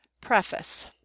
Preface